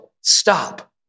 stop